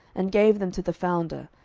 and gave them to the founder,